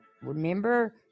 remember